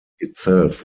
itself